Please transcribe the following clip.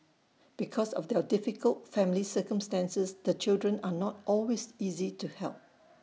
because of their difficult family circumstances the children are not always easy to help